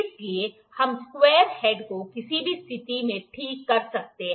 इसलिए हम square head को किसी भी स्थिति में ठीक कर सकते हैं